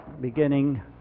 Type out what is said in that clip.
beginning